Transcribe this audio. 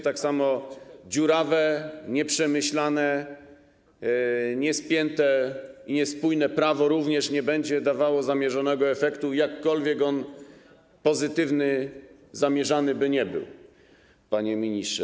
Tak samo dziurawe, nieprzemyślane, niespięte, niespójne prawo również nie będzie dawało zamierzonego efektu, jakkolwiek pozytywny, zamierzony on by był, panie ministrze.